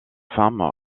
femme